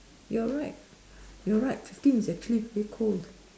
you're right you're right fifteen is actually very cold